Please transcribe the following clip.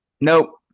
Nope